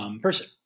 person